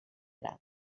cranc